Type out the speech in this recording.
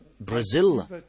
Brazil